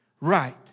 Right